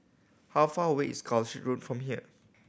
how far away is Calshot Road from here